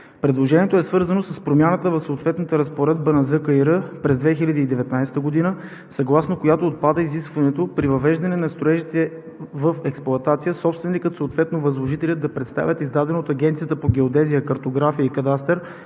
Предложението е свързано с промяна в съответната разпоредба на Закона за кадастъра и имотния регистър през 2019 г., съгласно която отпада изискването при въвеждане на строежите в експлоатация собственикът, съответно възложителят, да представя издадено от Агенцията по геодезия, картография и кадастър